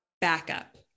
backup